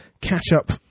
catch-up